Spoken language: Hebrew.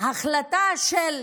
ההחלטה שהוא,